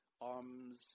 arms